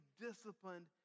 disciplined